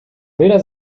bilder